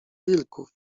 wilków